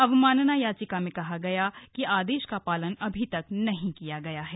अवमानना याचिका में कहा गया कि आदेश का पालन अभी तक नहीं किया गया है